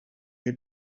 your